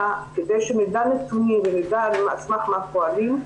כדי שנדע נתונים ונדע על סמך מה פועלים,